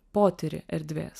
potyrį erdvės